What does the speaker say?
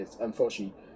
unfortunately